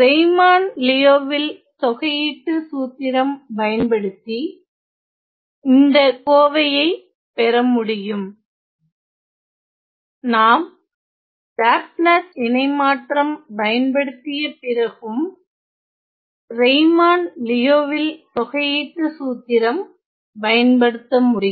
Riemann Liouville தொகையீட்டு சூத்திரத்திம் பயன்படுத்தி இந்த கோவையை பெறமுடியும் நாம் லாப்லாஸ் இணைமாற்றம் பயன்படுத்திய பிறகும் ரெய்மான் லியோவில் தொகையீட்டு சூத்திரம் பயன்படுத்த முடியும்